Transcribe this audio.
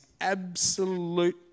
absolute